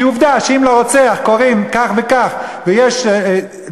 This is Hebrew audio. כי עובדה שאם לרוצח קוראים כך וכך משחררים אותו,